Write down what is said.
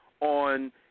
on